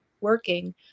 working